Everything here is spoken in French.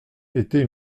était